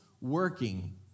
working